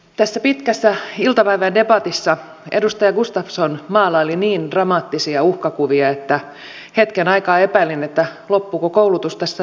tässä pitkässä iltapäivän debatissa edustaja gustafsson maalaili niin dramaattisia uhkakuvia että hetken aikaa epäilin loppuuko koulutus tästä maasta kokonaan